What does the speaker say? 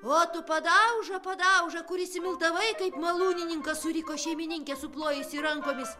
o tu padauža padauža kur išsimiltavai kaip malūnininkas suriko šeimininkė suplojusi rankomis